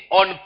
on